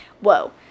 Whoa